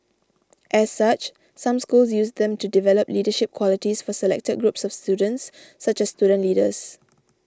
as such some schools use them to develop leadership qualities for selected groups of students such as student leaders